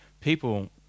people